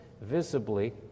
visibly